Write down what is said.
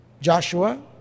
Joshua